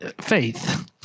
Faith